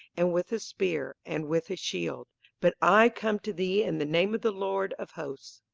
and with a spear, and with a shield but i come to thee in the name of the lord of hosts.